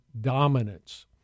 dominance